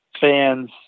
fans